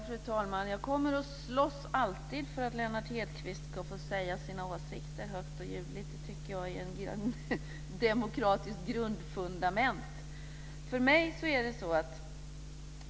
Fru talman! Jag kommer alltid att slåss för att Lennart Hedquist ska få uttrycka sina åsikter högt och ljudligt. Det är ett demokratiskt fundament.